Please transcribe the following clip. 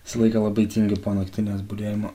visą laiką labai tingiu po naktinės budėjimo